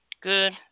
Good